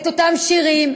את אותם שירים,